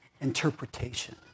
interpretation